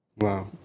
wow